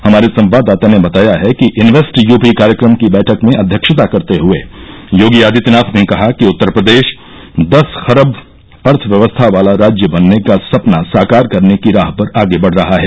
हमारे संवाददाता ने बताया है कि इन्येस्ट यूपी कार्यक्रम की बैठक में अध्यक्षता करते हए योगी आदित्यनाथ ने कहा कि उत्तर प्रदेश दस खरब अर्थव्यवस्था वाला राज्य बनने का सपना साकार करने की राह पर आगे बढ़ रहा है